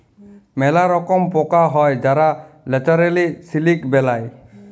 ম্যালা রকম পকা হ্যয় যারা ল্যাচারেলি সিলিক বেলায়